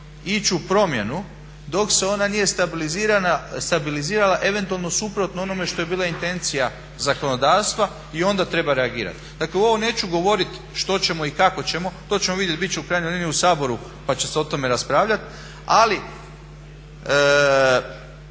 ići u promjenu dok se ona nije stabilizirala eventualno suprotno onome što je bila intencija zakonodavstva i onda treba reagirati. Dakle, neću govoriti što ćemo i kako ćemo, to ćemo vidjeti. Bit će u krajnjoj liniji u Saboru pa će se o tome raspravljati. Ali,